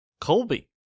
Colby